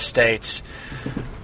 States